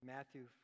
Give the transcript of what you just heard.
Matthew